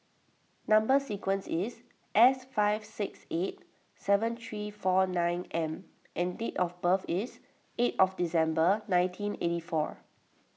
Number Sequence is S five six eight seven three four nine M and date of birth is eight of December nineteen eighty four